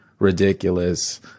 ridiculous